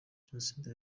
jenoside